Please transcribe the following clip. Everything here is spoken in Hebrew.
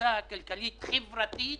הקריסה הכלכלית-חברתית.